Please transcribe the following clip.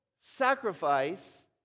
sacrifice